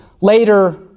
later